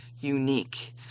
unique